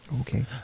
Okay